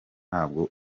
ntabwo